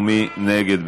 מי נגד?